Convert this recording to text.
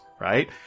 right